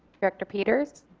director peters.